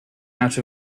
out